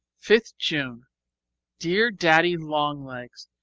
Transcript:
fifth june dear daddy-long-legs,